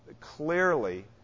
clearly